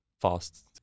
fast